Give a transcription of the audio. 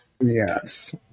Yes